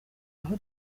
aho